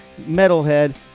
metalhead